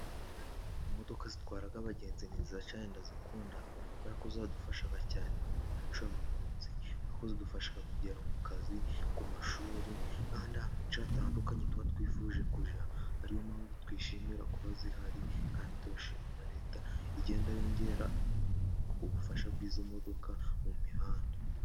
Imodoka zitwara abagenzi ni nziza cyane ndazikunda kuberako ziradufasha cyane mu mirimo yacu buri munsi kuberako zidufasha kugera mu kazi, ku mashuri, n'ahandi hantu heshi hatandukanye tuba twifuje kujya ariyo mpamvu twishimira kuba zihari ,kandi turashimira Leta igenda yongera ubufasha bw'izo modoka mu mihanda.